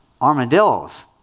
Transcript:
armadillos